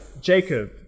Jacob